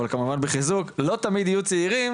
אבל כמובן בחיזוק לא תמיד יהיו צעירים